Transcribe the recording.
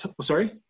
Sorry